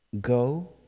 Go